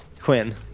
Quinn